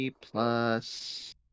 plus